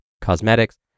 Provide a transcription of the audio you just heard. cosmetics